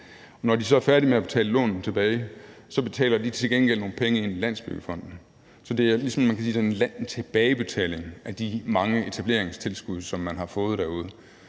Når de så er færdige med at betale lånet tilbage, betaler de til gengæld nogle penge ind til Landsbyggefonden, så det er ligesom sådan en tilbagebetaling af de mange etableringstilskud, man har fået derude.